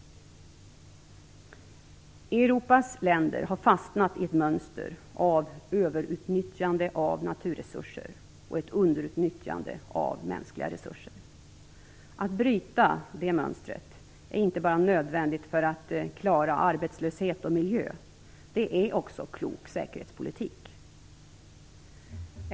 Europas länder har fastnat i ett mönster av överutnyttjande av naturresurser och underutnyttjande av mänskliga resurser. Att bryta det mönstret är inte bara nödvändigt för att klara arbetslöshet och miljö. Det är också klok säkerhetspolitik.